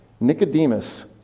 Nicodemus